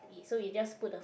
to eat so we just put the food